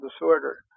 disorder